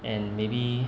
and maybe